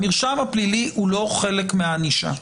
המרשם הפלילי הוא לא חלק מהענישה.